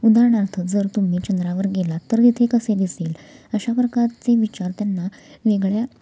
उदाहरणार्थ जर तुम्ही चंद्रावर गेला तर इथे कसे दिसेल अशा प्रकारचे विचार त्यांना वेगळ्या